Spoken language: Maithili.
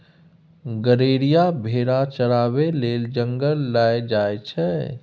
गरेरिया भेरा चराबै लेल जंगल लए जाइ छै